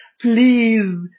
Please